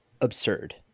absurd